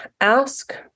ask